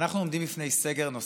אנחנו עומדים בפני סגר נוסף.